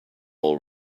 all